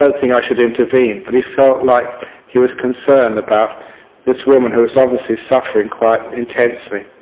ah think i should intervene, but he felt like he was concerned about this woman who was obviously suffering quite intensely.